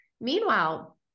Meanwhile